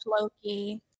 Loki